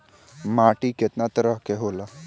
माटी केतना तरह के होला?